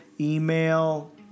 email